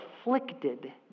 afflicted